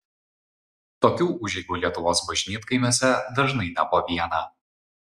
tokių užeigų lietuvos bažnytkaimiuose dažnai ne po vieną